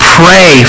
pray